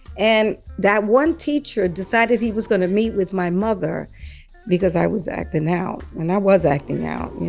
and that one teacher decided he was going to meet with my mother because i was acting out, and i was acting out, you